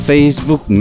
Facebook